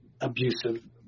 abusive